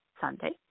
Sunday